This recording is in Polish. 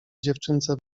dziewczynce